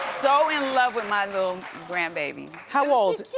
so in love with my little grand-baby. how old?